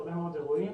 בהרבה מאוד אירועים,